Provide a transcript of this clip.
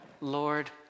Lord